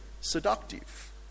seductive